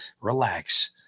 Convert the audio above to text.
Relax